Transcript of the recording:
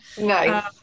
Nice